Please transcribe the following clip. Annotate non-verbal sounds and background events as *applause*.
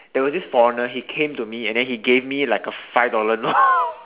there was this foreigner he came to me and then he gave me like a five dollar note *laughs*